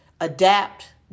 Adapt